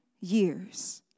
years